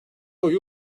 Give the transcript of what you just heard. oyu